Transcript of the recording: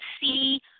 see